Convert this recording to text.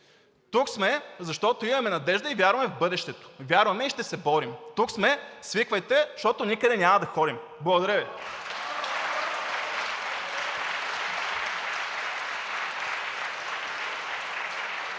Тук сме, защото имаме надежда и вярваме в бъдещето – вярваме и ще се борим. Тук сме, свиквайте, защото никъде няма да ходим. Благодаря Ви.